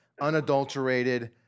unadulterated